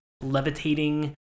levitating